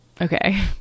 Okay